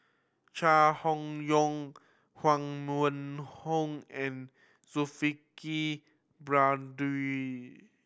Chai Hon Yoong Huang Wenhong and Zulkifli Baharudin